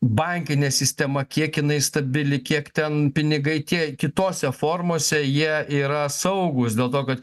bankinė sistema kiek jinai stabili kiek ten pinigai tie kitose formose jie yra saugūs dėl to kad